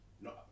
No